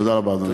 תודה רבה, אדוני.